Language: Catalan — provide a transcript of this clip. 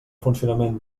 funcionament